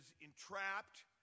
entrapped